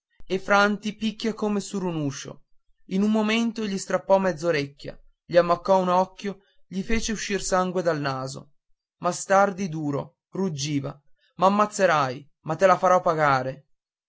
e franti picchia come sur un uscio in un momento gli strappò mezz'orecchia gli ammaccò un occhio gli fece uscir sangue dal naso ma stardi duro ruggiva m'ammazzerai ma te la fò pagare